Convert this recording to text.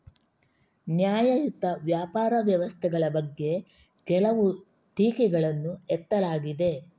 ನ್ಯಾಯಯುತ ವ್ಯಾಪಾರ ವ್ಯವಸ್ಥೆಗಳ ಬಗ್ಗೆ ಕೆಲವು ಟೀಕೆಗಳನ್ನು ಎತ್ತಲಾಗಿದೆ